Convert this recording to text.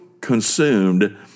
consumed